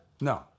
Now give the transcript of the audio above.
No